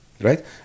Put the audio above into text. right